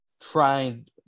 trying